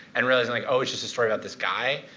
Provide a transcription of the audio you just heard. and realizing, like oh, it's just a story about this guy.